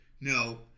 No